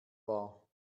war